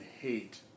hate